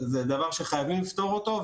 זה דבר שחייבים לפתור אותו,